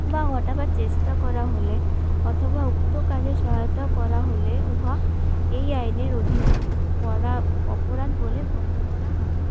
বা ঘটাবার চেষ্টা করা হলে অথবা উক্ত কাজে সহায়তা করা হলে উহা এই আইনের অধীনে করা অপরাধ বলে গণ্য করা হবে